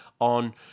on